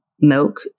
milk